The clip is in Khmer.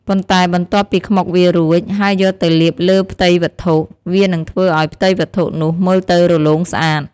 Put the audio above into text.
ប៉ុន្តែបន្ទាប់ពីខ្មុកវារួច ហើយយកទៅលាបលើផ្ទៃវត្ថុ វានឹងធ្វើឱ្យផ្ទៃវត្ថុនោះមើលទៅរលោងស្អាត